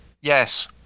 Yes